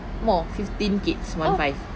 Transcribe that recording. more fifteen kids one five